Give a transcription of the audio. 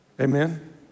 Amen